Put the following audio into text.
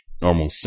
normal